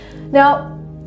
Now